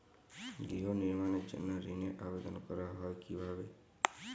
গৃহ নির্মাণের জন্য ঋণের আবেদন করা হয় কিভাবে?